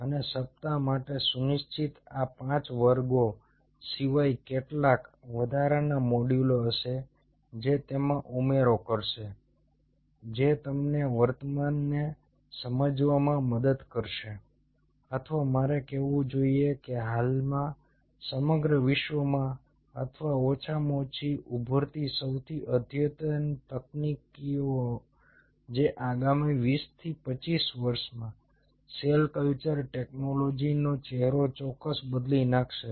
અને સપ્તાહ માટે સુનિશ્ચિત આ 5 વર્ગો સિવાય કેટલાક વધારાના મોડ્યુલો હશે જે તેમાં ઉમેરો કરશે જે તમને વર્તમાનને સમજવામાં મદદ કરશે અથવા મારે કહેવું જોઈએ કે હાલમાં સમગ્ર વિશ્વમાં અથવા ઓછામાં ઓછી ઉભરતી સૌથી અદ્યતન તકનીકીઓ જે આગામી 20 થી 25 વર્ષમાં સેલ કલ્ચર ટેકનોલોજીનો ચહેરો ચોક્કસ બદલી નાખશે